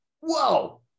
whoa